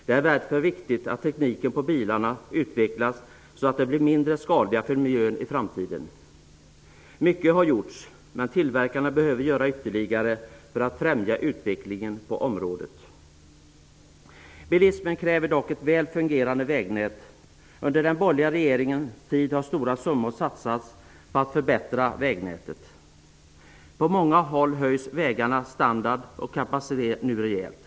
Det är därför viktigt att tekniken på bilarna utvecklas så, att de blir mindre skadliga för miljön i framtiden. Mycket har gjorts, men tillverkarna behöver göra ytterligare för att främja utvecklingen på området. Bilismen kräver dock ett väl fungerande vägnät. Under den borgerliga regeringens tid har stora summor satsats på att förbättra vägnätet. På många håll höjs vägarnas standard och kapacitet nu rejält.